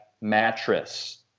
mattress